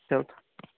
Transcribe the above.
ठेवतो